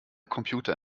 computer